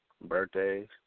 birthdays